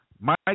Mike